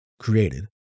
created